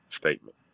statement